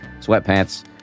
sweatpants